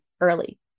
early